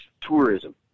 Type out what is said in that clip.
tourism